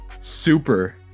super